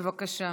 בבקשה.